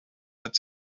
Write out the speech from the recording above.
had